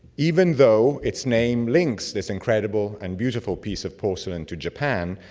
even though its name links this incredible and beautiful piece of porcelain to japan,